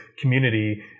community